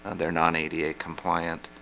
they're non eighty eight compliant